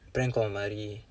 prank call மாதிரி:maathiri